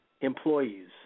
employees